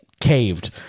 caved